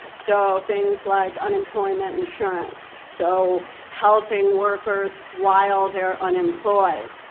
so things like unemployment insurance so helping workers while they're unemployed.